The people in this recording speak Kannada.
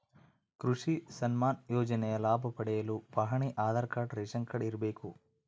ಕೃಷಿ ಸನ್ಮಾನ್ ಯೋಜನೆಯ ಲಾಭ ಪಡೆಯಲು ಪಹಣಿ ಆಧಾರ್ ಕಾರ್ಡ್ ರೇಷನ್ ಕಾರ್ಡ್ ಇರಬೇಕು